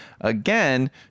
Again